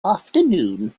afternoon